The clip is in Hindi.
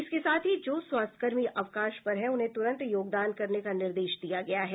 इसके साथ ही जो स्वास्थ्यकर्मी अवकाश पर हैं उन्हें तुरंत योगदान करने का निर्देश दिया गया है